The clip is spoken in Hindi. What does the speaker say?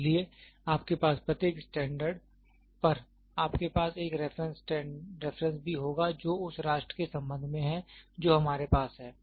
इसलिए आपके पास प्रत्येक स्टैंडर्ड पर आपके पास एक रेफरेंस भी होगा जो उस राष्ट्र के संबंध में है जो हमारे पास है